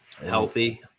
healthy